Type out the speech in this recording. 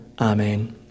amen